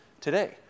today